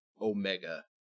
omega